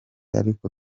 ariko